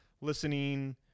listening